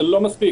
זה לא מספיק.